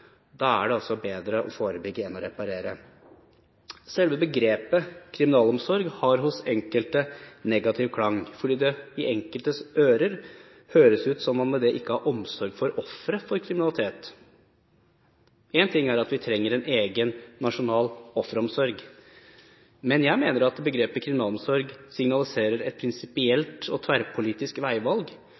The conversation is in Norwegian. er altså bedre å forebygge enn å reparere. Selve begrepet «kriminalomsorg» har hos enkelte en negativ klang fordi det i enkeltes ører høres ut som om man ikke har omsorg for ofre for kriminalitet. Én ting er at vi trenger en egen nasjonal offeromsorg. Men jeg mener at begrepet «kriminalomsorg» signaliserer et prinsipielt og tverrpolitisk veivalg.